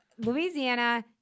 Louisiana